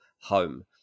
home